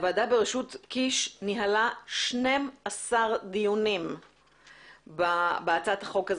הוועדה בראשותו של חבר הכנסת קיש ניהלה 12 דיונים בהצעת החוק,